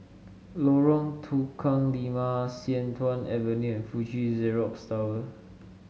Lorong Tukang Lima Sian Tuan Avenue and Fuji Xerox Tower